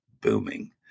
booming